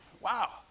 wow